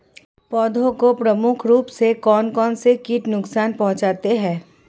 पौधों को प्रमुख रूप से कौन कौन से कीट नुकसान पहुंचाते हैं?